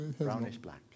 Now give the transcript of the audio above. Brownish-black